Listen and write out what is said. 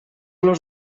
los